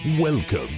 welcome